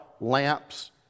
lamps